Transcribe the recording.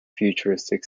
futuristic